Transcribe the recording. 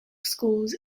schools